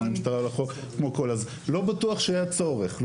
לא בטוח שהיה צורך.